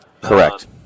Correct